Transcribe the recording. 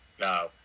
Now